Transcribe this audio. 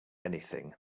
anything